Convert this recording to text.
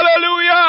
Hallelujah